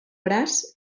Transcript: braç